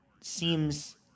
seems